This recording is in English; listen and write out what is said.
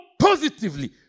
positively